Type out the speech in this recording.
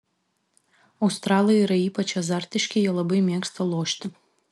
australai yra ypač azartiški jie labai mėgsta lošti